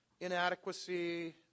inadequacy